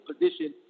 position